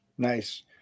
nice